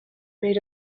made